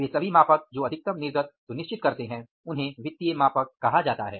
वे सभी मापक जो अधिकतम निर्गत सुनिश्चित करते हैं उन्हें वित्तीय मापक कहा जाता है